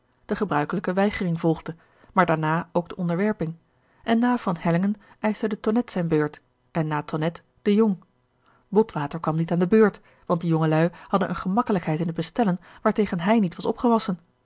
de gebruikelijke weigering volgde maar daarna ook de onderwerping en na van hellingen eischte de tonnette zijne beurt en na tonnette de jong botwater kwam niet aan de beurt want die jongelui hadden eene gemakkelijkheid in het bestellen waartegen hij niet was opgewassen